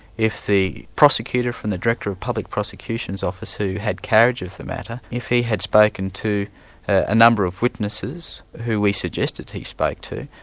if the prosecutor from the director of public prosecutions office who had carriage of the matter, if he had spoken to a number of witnesses who we suggested he spoke to,